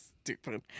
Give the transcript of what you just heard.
stupid